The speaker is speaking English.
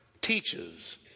teaches